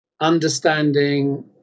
understanding